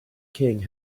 king